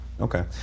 Okay